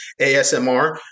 ASMR